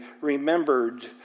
remembered